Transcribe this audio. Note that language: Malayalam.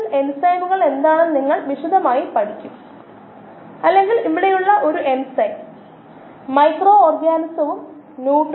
സബ്സ്ട്രേറ്റ് ഉപഭോഗം ഉണ്ടാകും പക്ഷേ അത് വളർച്ചയായി കാണിക്കുന്നില്ല അതിനർത്ഥം എല്ലാം കോശങ്ങളെ നിലനിർത്താനും കോശങ്ങളുടെ പ്രവർത്തനങ്ങൾ നിലനിർത്താനും ഉപയോഗിക്കുന്നു എന്നാണ്